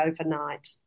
overnight